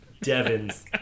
Devins